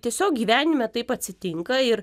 tiesiog gyvenime taip atsitinka ir